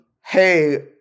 hey